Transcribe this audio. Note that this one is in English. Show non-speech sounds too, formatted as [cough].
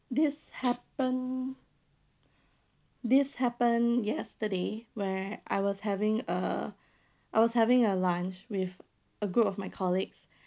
this happened this happened yesterday where I was having uh I was having a lunch with a group of my colleagues [breath]